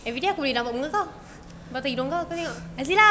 everyday aku boleh nampak muka kau batang hidung kau aku tengok